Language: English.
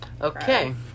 Okay